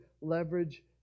leverage